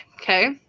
okay